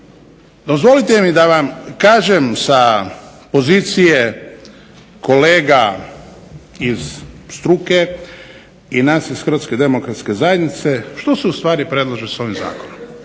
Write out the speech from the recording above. dozvolite mi da vam kažem sa pozicije kolega iz struke i nas iz Hrvatske demokratske zajednice što se ustvari predlaže s ovim zakonom,